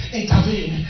intervene